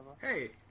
Hey